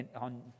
on